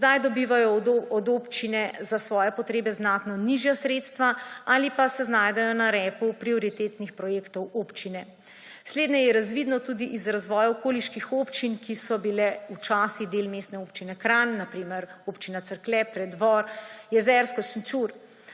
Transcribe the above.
Zdaj dobivajo od občine za svoje potrebe znatno nižja sredstva ali pa se znajdejo na repu prioritetnih projektov občine. Slednje je razvidno tudi iz razvoja okoliških občin, ki so bile včasih del Mestne občine Kranj, na primer Občina Cerklje, Preddvor, Jezersko, Šenčur.